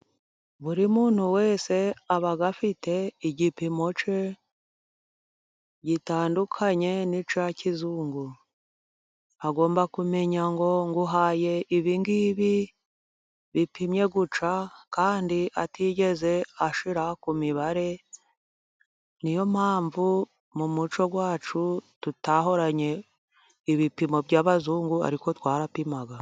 Buri muntu wese aba afite igipimo cye gitandukanye n'icya kizungu. Agomba kumenya ngo nguhaye ibi ngibi bipimye bitya kandi atigeze ashyira ku mibare. Niyo mpamvu mu muco wacu, tutahoranye ibipimo by'abazungu ariko twarapimaga.